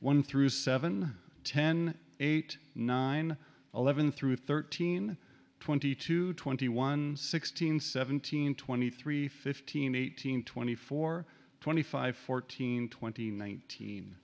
one through seven ten eight nine eleven through thirteen twenty two twenty one sixteen seventeen twenty three fifteen eighteen twenty four twenty five fourteen twenty nineteen